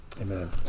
Amen